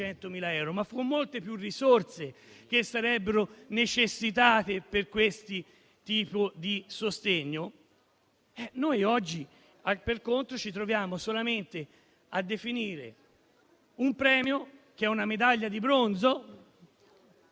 euro ma con molte più risorse che sarebbero necessitate per questo tipo di sostegno, oggi, per contro, ci troviamo solamente a definire un premio che è una medaglia di bronzo